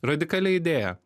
radikali idėja